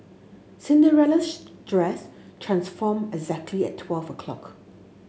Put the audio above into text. cinderella's dress transformed exactly at twelve o' clock